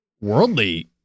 worldly